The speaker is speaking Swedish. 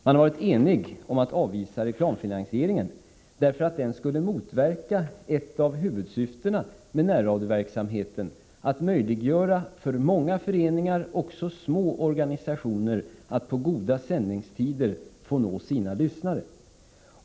Man har varit enig om att avvisa reklamfinansieringen, därför att den skulle motverka ett av huvudsyftena med närradioverksamheten, att möjliggöra för många föreningar — också små organisationer — att på goda sändningstider nå sina lyssnare.